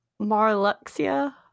Marluxia